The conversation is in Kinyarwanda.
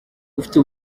ufite